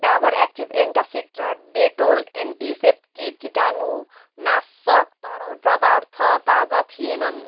Dabur active antacid र Dettol antiseptic कीटाणुनाशक तरल पदार्थ ताजा थिएनन्